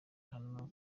hano